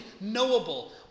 knowable